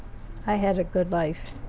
i had a good life.